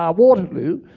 um waterloo,